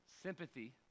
sympathy